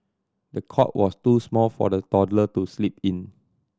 the cot was too small for the toddler to sleep in